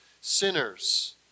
sinners